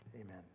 amen